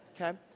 Okay